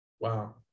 Wow